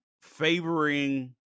favoring